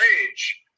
rage